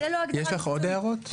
יש לך עוד הערות?